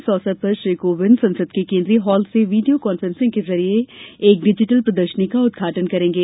इस अवसर पर श्री कोविंद संसद के केंद्रीय हॉल से वीडियो कॉन्फ्रेंसिंग के जरिए एक डिजिटल प्रदर्शनी का उद्घाटन करेंगे